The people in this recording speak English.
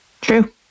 True